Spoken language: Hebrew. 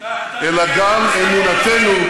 אלא גם אמונתנו,